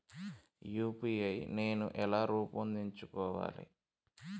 UPI నేను ఎలా రూపొందించుకోవాలి?